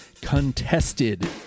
contested